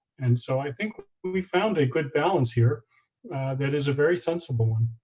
and so i think we we found a good balance here that is a very sensible one.